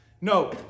No